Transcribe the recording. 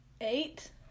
Eight